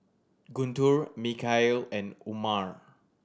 Guntur Mikhail and Umar